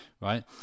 right